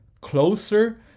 closer